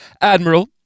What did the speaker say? Admiral